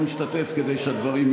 משתתף